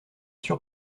sûr